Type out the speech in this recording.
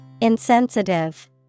Insensitive